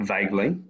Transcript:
Vaguely